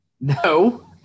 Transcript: No